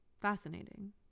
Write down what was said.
Fascinating